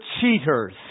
cheaters